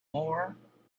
more